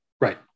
right